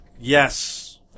Yes